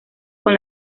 con